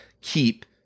keep